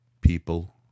people